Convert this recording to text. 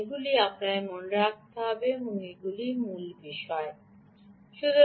এগুলি আপনার মনে রাখতে হবে এমন মূল বিষয়গুলি